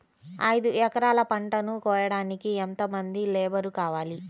ఐదు ఎకరాల పంటను కోయడానికి యెంత మంది లేబరు కావాలి?